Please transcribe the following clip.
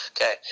Okay